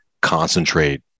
concentrate